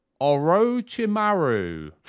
Orochimaru